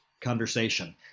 conversation